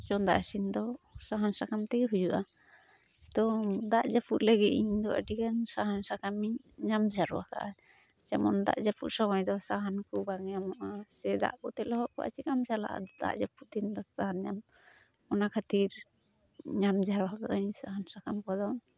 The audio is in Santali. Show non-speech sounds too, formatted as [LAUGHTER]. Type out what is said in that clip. ᱪᱚᱸᱫᱟ ᱤᱥᱤᱱᱫᱚ ᱥᱟᱦᱟᱱ ᱥᱟᱠᱟᱢ ᱛᱮᱜᱮ ᱦᱩᱭᱩᱜᱼᱟ ᱛᱳ ᱫᱟᱜ ᱡᱟᱹᱯᱩᱫ ᱞᱟᱹᱜᱤᱫ ᱤᱧᱫᱚ ᱟᱹᱰᱤᱜᱟᱱ ᱥᱟᱦᱟᱱ ᱥᱟᱠᱟᱢᱤᱧ ᱧᱟᱢ ᱡᱟᱨᱣᱟᱠᱟᱜᱼᱟ ᱡᱮᱢᱚᱱ ᱫᱟᱜ ᱡᱟᱹᱯᱩᱫ ᱥᱚᱢᱚᱭᱫᱚ ᱥᱟᱦᱟᱱᱠᱩ ᱵᱟᱝ ᱧᱟᱢᱚᱜᱼᱟ ᱥᱮ ᱫᱟᱜᱠᱚᱛᱮ ᱞᱚᱦᱚᱫ ᱠᱚᱜᱼᱟ ᱪᱮᱠᱟᱢ ᱪᱟᱞᱟᱜᱼᱟ ᱟᱫᱚ ᱫᱟᱜ ᱡᱟᱹᱯᱩᱫ [UNINTELLIGIBLE] ᱥᱟᱦᱟᱱ ᱧᱟᱢ ᱚᱱᱟ ᱠᱷᱟᱹᱛᱤᱨ ᱵᱚᱡᱷᱦᱟᱠᱟᱜᱟᱹᱧ ᱥᱟᱦᱟᱱ ᱥᱟᱠᱟᱢ ᱠᱚᱫᱚ